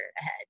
ahead